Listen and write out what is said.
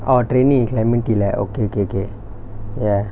orh training in clementi leh okay okay okay ya